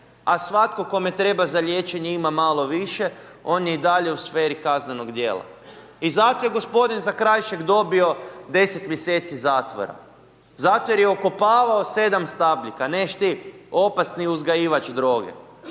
a svatko kome treba za liječenje ima malo više, on je i dalje u sferi kaznenog djela. I zato je g. Zakrajšek dobio 10 mj. zatvora, zato je okopavao 7 stabljika, ne'š ti opasni uzgajivač droge.